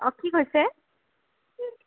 অঁ কি কৈছে